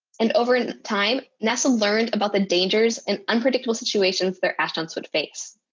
and over and and time, nasa learned about the dangerous and unpredictable situations their astronauts would face.